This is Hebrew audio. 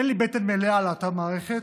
אין לי בטן מלאה על אותה המערכת.